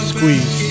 Squeeze